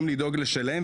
לדבר.